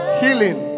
healing